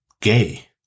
gay